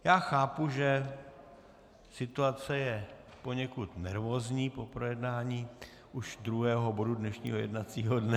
Já chápu, že situace je poněkud nervózní po projednání už druhého bodu dnešního jednacího dne.